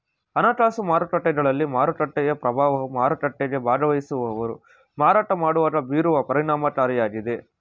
ಹಣಕಾಸು ಮಾರುಕಟ್ಟೆಗಳಲ್ಲಿ ಮಾರುಕಟ್ಟೆಯ ಪ್ರಭಾವವು ಮಾರುಕಟ್ಟೆಗೆ ಭಾಗವಹಿಸುವವರು ಮಾರಾಟ ಮಾಡುವಾಗ ಬೀರುವ ಪರಿಣಾಮಕಾರಿಯಾಗಿದೆ